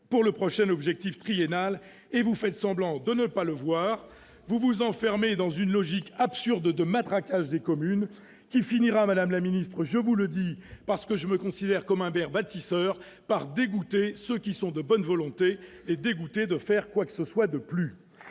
pour la prochaine période triennale, et vous faites semblant de ne pas vous en apercevoir. Vous vous enfermez dans une logique absurde de matraquage des communes, qui finira, madame la ministre, je vous le dis parce que je me considère comme un maire bâtisseur, par dégoûter les élus de bonne volonté de faire quoi que ce soit de plus